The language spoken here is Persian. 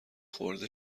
خورده